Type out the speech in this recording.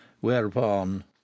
whereupon